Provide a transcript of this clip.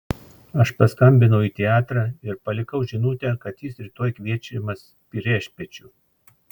aš paskambinau į teatrą ir palikau žinutę kad jis rytoj kviečiamas priešpiečių